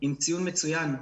עם ציון מצוין.